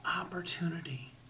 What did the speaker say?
opportunity